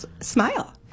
smile